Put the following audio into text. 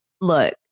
look